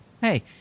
hey –